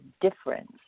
difference